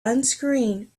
unscrewing